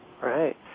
Right